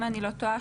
אם אני לא טועה,